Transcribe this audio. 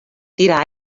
tira